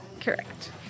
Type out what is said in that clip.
Correct